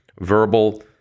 verbal